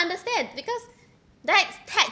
understand because the texts